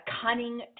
Cunning